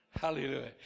Hallelujah